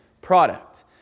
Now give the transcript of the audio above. product